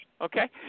Okay